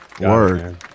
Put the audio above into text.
Word